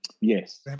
Yes